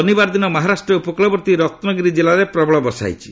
ଶନିବାର ଦିନ ମହାରାଷ୍ଟ୍ର ଉପକୃଳବର୍ତ୍ତୀ ରନ୍ଗିରି ଜିଲ୍ଲାରେ ପ୍ରବଳ ବର୍ଷା ହୋଇଛି